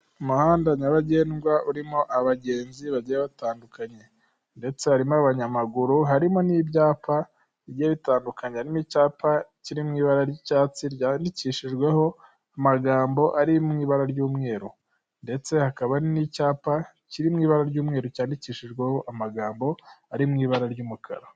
Umuhanda nyabagendwa urimo abagenzi bagiye batandukanye ndetse harimo n'abanyamaguru, harimo n'ibyapa bigiye bitandukanye, harimo n'icyapa kiri mw’ibara ry'icyatsi ryandikishijweho amagambo ari mw’ibara ry'umweru, ndetse hakaba n'icyapa kiri mw’ibara ry'umweru cyandikishijweho amagambo ari mw’ibara ry'umukara.